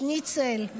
שניצל,